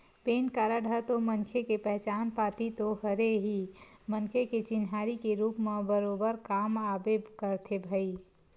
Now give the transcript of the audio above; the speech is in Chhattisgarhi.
पेन कारड ह तो मनखे के पहचान पाती तो हरे ही मनखे के चिन्हारी के रुप म बरोबर काम आबे करथे भई